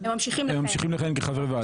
הם ממשיכים לכהן כחברי ועדה.